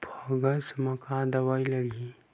Fungus म का दवाई लगी?